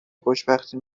خوشبختی